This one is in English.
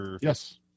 Yes